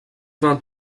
vingt